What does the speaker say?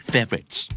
Favorites